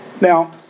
Now